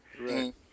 Right